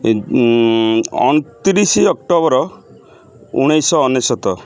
ଅଣତିରିଶି ଅକ୍ଟୋବର ଉଣେଇଶହ ଅନେଶ୍ୱତ